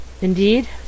Indeed